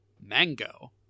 mango